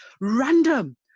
Random